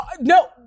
No